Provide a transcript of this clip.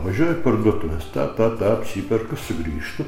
važiuoju į parduotuves tą tą tą apsiperku sugrįžtu